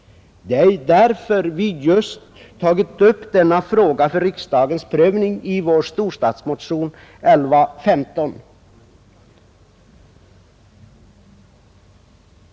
Det är just därför vi tagit upp denna fråga till riksdagens prövning i vår storstadsmotion nr 1115.